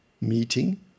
meeting